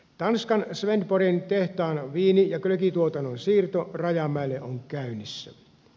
tanskan svendborgin tehtaan viini ja glögituotannon siirto rajamäelle on käynnissä